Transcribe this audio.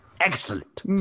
Excellent